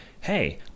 hey